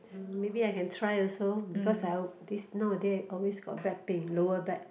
mm maybe I can try also because I al~ this nowaday I always got back pain lower back